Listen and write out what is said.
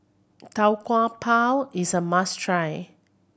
Tau Kwa Pau is a must try